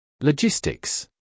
Logistics